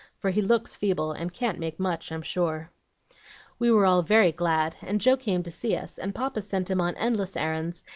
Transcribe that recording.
for he looks feeble and can't make much, i'm sure we were all very glad, and joe came to see us, and papa sent him on endless errands,